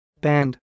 band